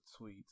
tweets